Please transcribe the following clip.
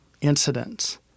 incidents